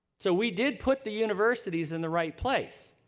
so, we did put the universities in the right place.